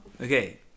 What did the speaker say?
Okay